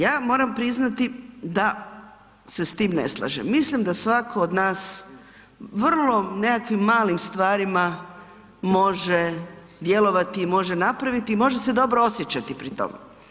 Ja moram priznati da se s tim ne slažem, mislim da svatko od nas vrlo nekakvim malim stvarima može djelovati i može napraviti i može se dobro osjećati pri tom.